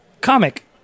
comic